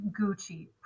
Gucci